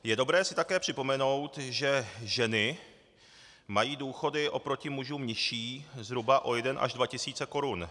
Je dobré si také připomenout, že ženy mají důchody oproti mužům nižší zhruba o 12 tis. korun.